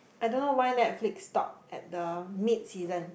I don't know why Netflix stop at the mid season